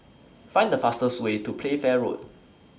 Find The fastest Way to Playfair Road